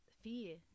fear